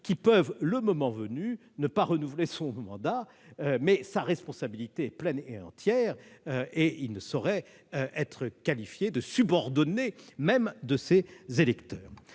qui peuvent, le moment venu, ne pas renouveler son mandat, mais sa responsabilité est pleine et entière, et il ne saurait être qualifié de subordonné, même de ses électeurs.